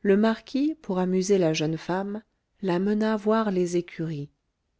le marquis pour amuser la jeune femme la mena voir les écuries